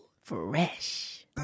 Fresh